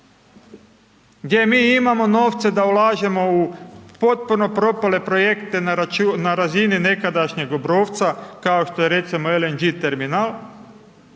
gdje mi imamo novce da ulažemo u potpuno propale projekte na razini nekadašnjeg Obrovca, kao što je recimo LNG terminal,